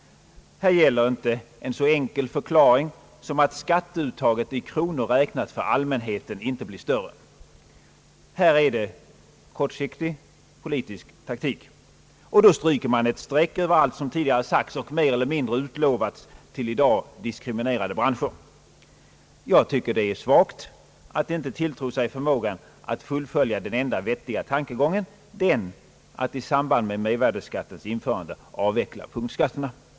Här gäller inte en så enkel förklaring som att skatteuttaget i kronor räknat inte blir större för allmänheten. Det är en kortsiktig politisk taktik. Man stryker ett streck över allt som tidigare sagts och mer eller mindre utlovats till i dag diskriminerade branscher. Jag tycker att det är svagt att inte tilltro sig förmågan att fullfölja den enda vettiga tankegången, nämligen att i samband med mervärdeskattens införande avveckla punktskatterna.